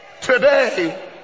today